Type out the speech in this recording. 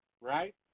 right